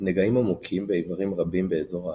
נגעים עמוקים באיברים רבים באזור האגן,